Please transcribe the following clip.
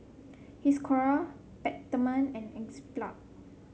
Hiruscar Peptamen and